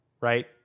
right